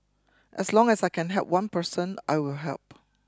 as long as I can help one person I will help